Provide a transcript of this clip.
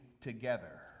together